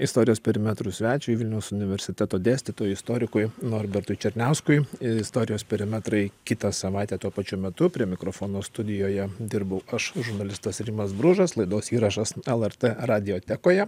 istorijos perimetrų svečiui vilniaus universiteto dėstytojui istorikui norbertui černiauskui istorijos perimetrai kitą savaitę tuo pačiu metu prie mikrofono studijoje dirbau aš žurnalistas rimas bružas laidos įrašas lrt radijotekoje